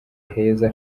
heza